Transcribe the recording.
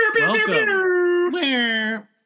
Welcome